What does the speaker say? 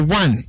one